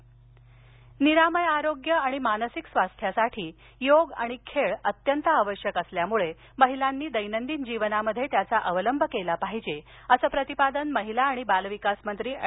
अमरावती निरामय आरोग्य आणि मानसिक स्वास्थ्यासाठी योग आणि खेळ अत्यंत आवश्यक असल्यामुळे महिलांनी दैनंदिन जीवनात योग आणि खेळाचा अवलंब केला पाहिजे असं प्रतिपादन महिला आणि बालविकास मंत्री अँड